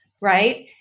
right